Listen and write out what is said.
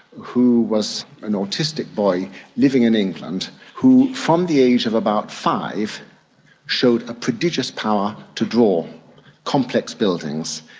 who was an autistic boy living in england, who from the age of about five showed a prodigious power to draw complex buildings.